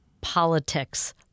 politics